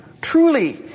Truly